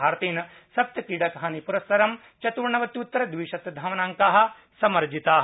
भारतेन सप्तक्रीडकहानिप्रस्सर चतुर्णवत्यत्तरद्विशत धावनाड्काः समर्जिताः